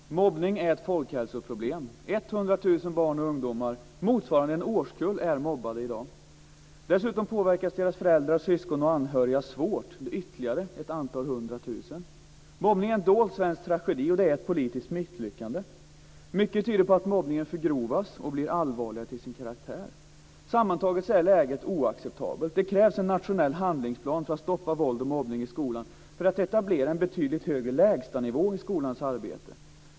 Fru talman! Mobbningen är ett folkhälsoproblem. 100 000 barn och ungdomar, motsvarande en årskull, är mobbade i dag. Dessutom påverkas deras föräldrar, syskon och anhöriga svårt. Det är ytterligare ett antal hundratusen. Mobbningen är en dold svensk tragedi, och det är ett politiskt misslyckande. Mycket tyder på att mobbningen förgrovas och blir allvarligare till sin karaktär. Sammantaget är läget oacceptabelt. Det krävs en nationell handlingsplan för att stoppa våld och mobbning i skolan för att etablera en betydligt högre lägsta nivå i skolans arbete.